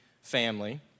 family